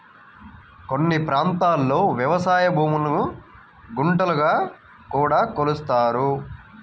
కొన్ని ప్రాంతాల్లో వ్యవసాయ భూములను గుంటలుగా కూడా కొలుస్తారు